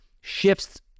shifts